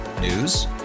News